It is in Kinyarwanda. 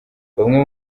bamwe